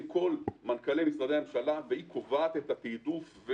עם כל מנכ"לי משרדי הממשלה היא קובעת תעדוף,